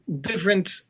different